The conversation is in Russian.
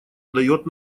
дает